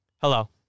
Hello